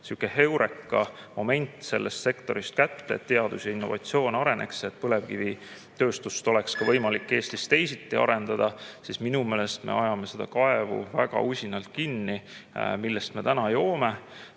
sihuke heurekamoment sellest sektorist kätte, et teadus ja innovatsioon areneks, et põlevkivitööstust oleks võimalik Eestis ka teisiti arendada, siis minu meelest me ajame seda kaevu, millest me täna joome,